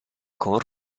con